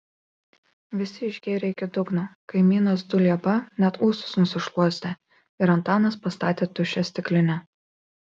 visi išgėrė iki dugno kaimynas dulieba net ūsus nusišluostė ir antanas pastatė tuščią stiklinę